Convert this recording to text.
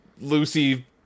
Lucy